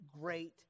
great